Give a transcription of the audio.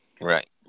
Right